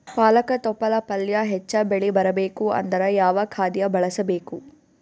ಪಾಲಕ ತೊಪಲ ಪಲ್ಯ ಹೆಚ್ಚ ಬೆಳಿ ಬರಬೇಕು ಅಂದರ ಯಾವ ಖಾದ್ಯ ಬಳಸಬೇಕು?